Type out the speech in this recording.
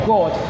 God